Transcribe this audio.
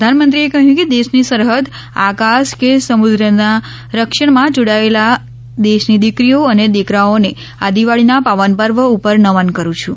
પ્રધાનમંત્રીએ કહ્યું કે દેશની સરહદ આકાશ કે સમુદ્રના રક્ષણમાં જોડાયેલા દેશની દિકરીઓ અને દિકરાઓને આ દિવાળીના પાવન પર્વ ઉપર નમન કરૂં છું